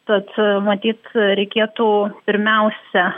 tad matyt reikėtų pirmiausia